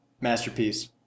Masterpiece